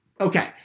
Okay